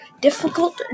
difficult